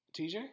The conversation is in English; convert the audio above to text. TJ